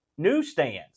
newsstands